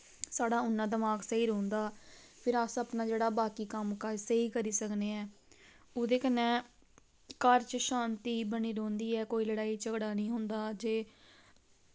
साढ़ा उन्ना दमाक स्हेई रौंह्दा फिर अस अपना जेह्ड़ा बाकि कम्म काज स्हेई करी सकने ऐं ओह्दे कन्नै घर च शान्ति बनी रौंह्दी ऐ कोई लड़ाई झगड़ा निं होंदा जे